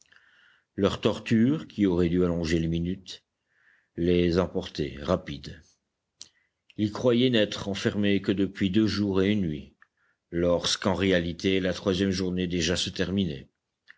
leurs tortures qui auraient dû allonger les minutes les emportaient rapides ils croyaient n'être enfermés que depuis deux jours et une nuit lorsqu'en réalité la troisième journée déjà se terminait